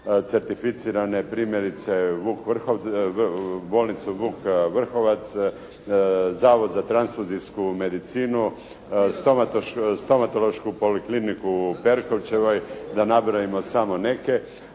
certificirane primjerice bolnicu Vuk Vrhovac, Zavod za transfuzijsku medicinu, stomatološku polikliniku u Perkovčevoj, da nabrojimo samo neke,